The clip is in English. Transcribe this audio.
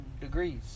degrees